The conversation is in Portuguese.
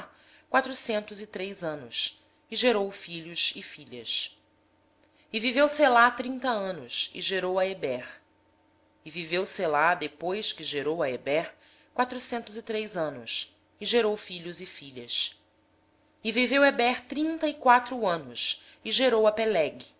quatrocentos e três anos e gerou filhos e filhas selá viveu trinta anos e gerou a eber viveu selá depois que gerou a eber quatrocentos e três anos e gerou filhos e filhas eber viveu trinta e quatro anos e gerou